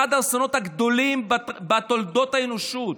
אחד האסונות הגדולים בתולדות האנושות.